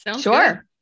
Sure